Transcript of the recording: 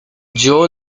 joe